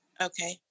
Okay